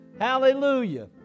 Hallelujah